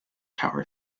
tower